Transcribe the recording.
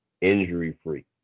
injury-free